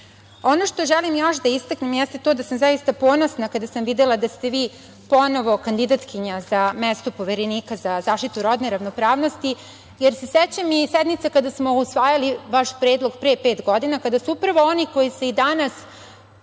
što želim još da istaknem jeste to da sam zaista ponosna kada sam videla da ste ponovo kandidatkinja za mesto Poverenika za zaštitu rodne ravnopravnosti, jer se sećam i sednice kada smo usvajali vaš predlog pre pet godina, kada su upravo oni koji se i danas